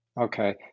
Okay